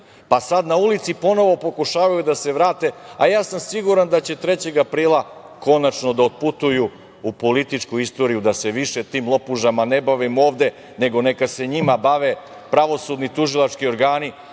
pa sad na ulici ponovo pokušavaju da se vrate, a ja sam siguran da će 3. aprila konačno da otputuju u političku istoriju, da se više tim lopužama ne bavimo ovde, nego neka se njima bave pravosudni, tužilački organi,